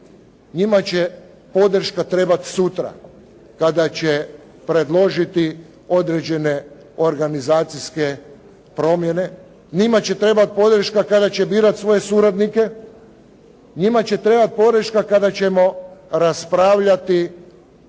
Njima će podrška trebati sutra kada će predložiti određene organizacijske promjene. Njima će trebati podrška kada će birati svoje suradnike. Njima će trebati podrška kada ćemo raspravljati